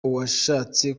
washatse